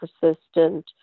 persistent